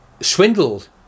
swindled